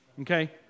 Okay